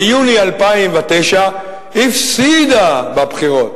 ביוני 2009 הפסידה בבחירות.